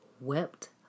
wept